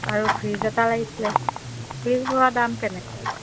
আৰু ফ্ৰিজ এটা লাগিছিলে ফ্ৰিজ লোৱা দাম কেনেকৈ